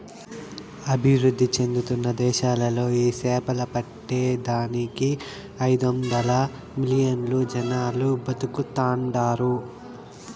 అభివృద్ధి చెందుతున్న దేశాలలో ఈ సేపలు పట్టే దానికి ఐదొందలు మిలియన్లు జనాలు బతుకుతాండారట